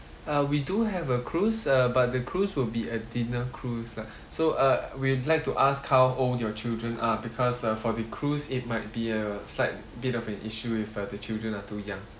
uh we do have a cruise uh but the cruise will be a dinner cruise lah so uh we'd like to ask how old your children are because uh for the cruise it might be a slight bit of an issue if uh the children are too young